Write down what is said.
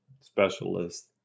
specialist